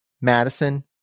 Madison